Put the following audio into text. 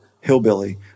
hillbilly